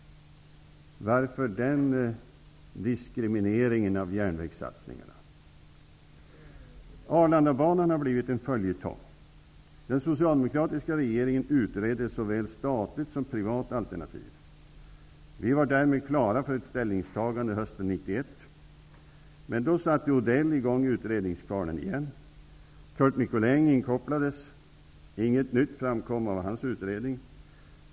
Varför den diskrimineringen av järnvägssatsningarna? Arlandabanan har blivit en följetong. Den socialdemokratiska regeringen utredde såväl statliga som privata alternativ. Vi var därmed klara för ett ställningstagande hösten 1991. Men då satte Nicolin inkopplades, men inget nytt framkom av hans utredning.